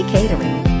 Catering